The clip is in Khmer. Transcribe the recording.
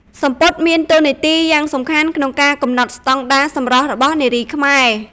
សំពត់មានតួនាទីយ៉ាងសំខាន់ក្នុងការកំណត់ស្តង់ដារសម្រស់របស់នារីខ្មែរ។